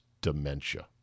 dementia